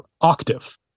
octave